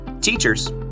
Teachers